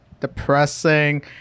depressing